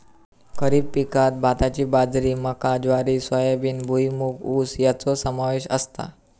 खरीप पिकांत भाताची बाजरी मका ज्वारी सोयाबीन भुईमूग ऊस याचो समावेश असता